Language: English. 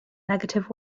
negative